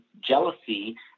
jealousy